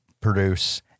produce